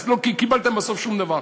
אז לא קיבלתם בסוף שום דבר.